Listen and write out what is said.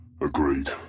Agreed